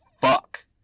fuck